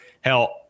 Hell